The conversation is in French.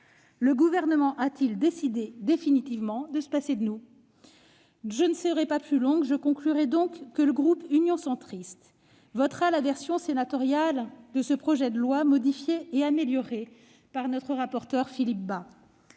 Le Gouvernement a-t-il décidé définitivement de se passer de nous ? Je ne serai pas plus longue. Le groupe Union Centriste votera la version sénatoriale de ce projet de loi, modifié et amélioré par notre rapporteur Philippe Bas.